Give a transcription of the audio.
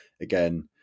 again